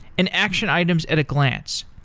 and action items at a glance.